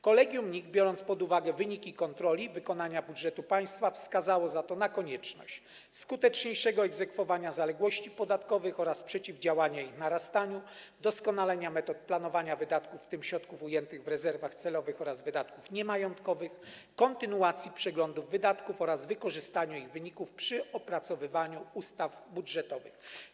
Kolegium NIK, biorąc pod uwagę wyniki kontroli wykonania budżetu państwa, wskazało za to na konieczność skuteczniejszego egzekwowania zaległości podatkowych oraz przeciwdziałania ich narastaniu, doskonalenia metod planowania wydatków, w tym środków ujętych w rezerwach celowych, oraz wydatków niemajątkowych, kontynuacji przeglądów wydatków oraz wykorzystania ich wyników przy opracowywaniu ustaw budżetowych.